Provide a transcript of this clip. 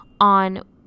on